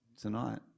tonight